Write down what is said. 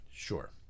Sure